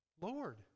Lord